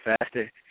faster